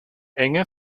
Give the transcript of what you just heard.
enge